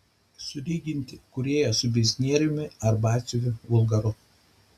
sulyginti kūrėją su biznieriumi ar batsiuviu vulgaru